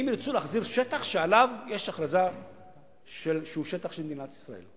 אם ירצו להחזיר שטח שעליו יש הכרזה שהוא שטח של מדינת ישראל.